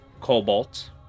Cobalt